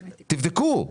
תבדקו.